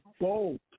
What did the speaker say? bold